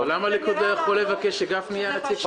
למה הליכוד לא יכול לבקש שגפני יהיה הנציג שלו?